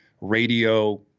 radio